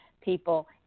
people